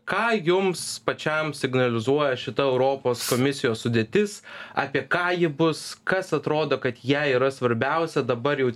ką jums pačiam signalizuoja šita europos komisijos sudėtis apie ką ji bus kas atrodo kad jai yra svarbiausia dabar jau